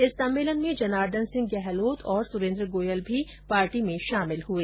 इस सम्मेलन में जनार्दन सिंह गहलोत और सुरेन्द्र गोयल भी पार्टी में शामिल हुए